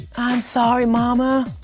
i'm sorry, mama.